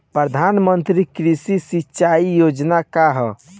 प्रधानमंत्री कृषि सिंचाई योजना का ह?